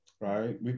right